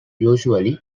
usually